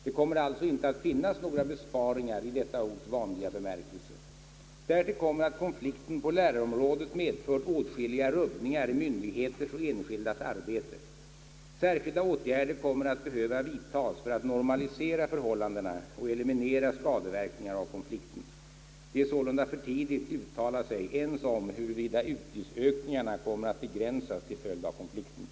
Det kommer alltså inte att finnas några »besparingar» i detta ords vanliga bemärkelse. Därtill kommer att konflikten på lärarområdet medfört åtskilliga rubbningar i myndigheters och enskildas arbete. Särskilda åtgärder kommer att behöva vidtas för att normalisera förhållandena och eliminera skadeverkningar av konflikten. Det är sålunda för tidigt uttala sig ens om huruvida utgiftsökningarna kommer att begränsas till följd av konflikten.